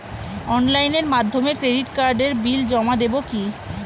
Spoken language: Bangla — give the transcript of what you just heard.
অনলাইনের মাধ্যমে ক্রেডিট কার্ডের বিল জমা দেবো কি?